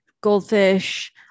goldfish